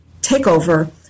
takeover